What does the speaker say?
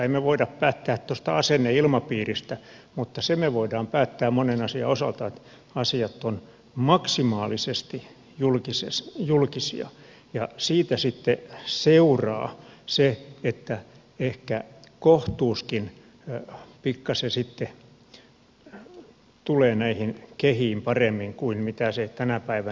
emme me voi päättää tuosta asenneilmapiiristä mutta sen me voimme päättää monen asian osalta että asiat ovat maksimaalisesti julkisia ja siitä sitten seuraa se että ehkä kohtuuskin pikkasen sitten tulee näihin kehiin paremmin kuin mitä se tänä päivänä on